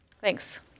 Thanks